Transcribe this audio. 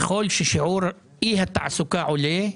ככל ששיעור אי התעסוקה עולה,